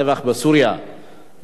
הנושא הבא הוא: המשך הטבח בסוריה,